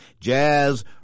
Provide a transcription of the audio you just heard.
Jazz